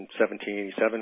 1787